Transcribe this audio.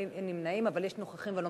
אין נמנעים, אבל יש נוכחים ולא